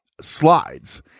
slides